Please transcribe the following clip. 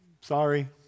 sorry